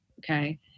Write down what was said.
okay